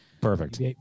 Perfect